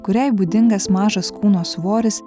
kuriai būdingas mažas kūno svoris